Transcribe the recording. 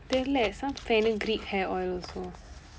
தெரியில:theryila some fenugreek hair oil also